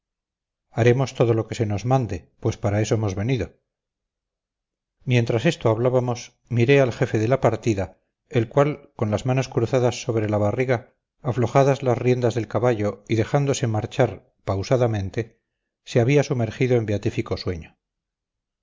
haremos todo lo que se nos mande pues para eso hemos venido mientras esto hablábamos miré al jefe de la partida el cual con las manos cruzadas sobre la barriga aflojadas las riendas del caballo y dejándole marchar pausadamente se había sumergido en beatífico sueño